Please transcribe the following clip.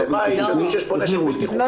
לבית ולמי שיש נשק בלתי-חוקי - עוצרים את הבן אדם.